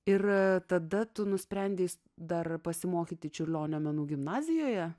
ir tada tu nusprendei dar pasimokyti čiurlionio menų gimnazijoje